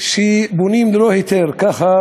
שבונים ללא היתר, ככה